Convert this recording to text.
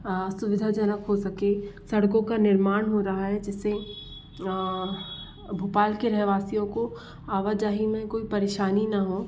सुविधाजनक हो सके सड़कों का निर्माण हो रहा है जिससे भोपाल के रहवासियों को आवाजाही में कोई परेशानी ना हो